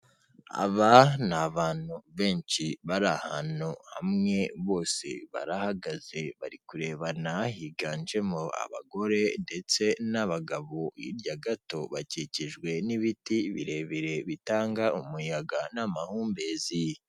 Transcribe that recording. Aba ni abantu benshi bari ahantu hamwe bose barahagaze bari kurebana ,higanjemo abagore ndetse n'abagabo hirya gato bakikijwe n'ibiti birebire bitanga umuyaga n'amahumbezi.